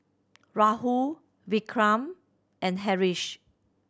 Rahul Vikram and Haresh